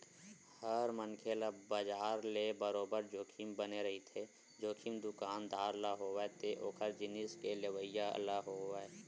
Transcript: हर मनखे ल बजार ले बरोबर जोखिम बने रहिथे, जोखिम दुकानदार ल होवय ते ओखर जिनिस के लेवइया ल होवय